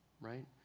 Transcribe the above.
right